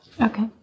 Okay